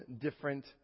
different